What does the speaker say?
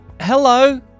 hello